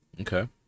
Okay